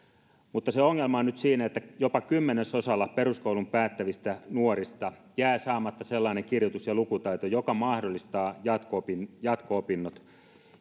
mutta se ongelma on nyt siinä että jopa kymmenesosalla peruskoulun päättävistä nuorista jää saamatta sellainen kirjoitus ja lukutaito joka mahdollistaa jatko opinnot